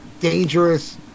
dangerous